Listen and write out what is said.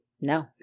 No